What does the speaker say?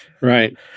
right